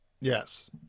Yes